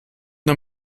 nur